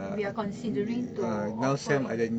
we are considering to offer eng~